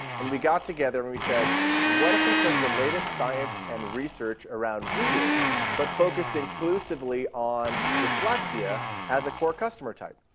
and we got together and said what if we took the latest science and research around reading but focused inclusively on dyslexia as a core customer type.